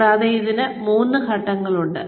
കൂടാതെ ഇതിന് മൂന്ന് ഘട്ടങ്ങളുണ്ട്